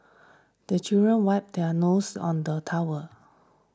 the children wipe their noses on the towel